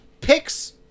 picks